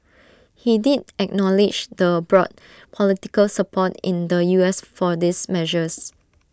he did acknowledge the broad political support in the U S for these measures